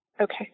Okay